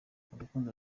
urukundo